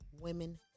women